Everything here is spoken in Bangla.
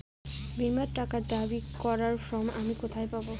বীমার টাকা দাবি করার ফর্ম আমি কোথায় পাব?